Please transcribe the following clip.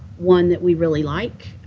one that we really like,